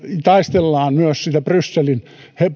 taistellaan myös niitä brysselin